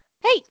Hey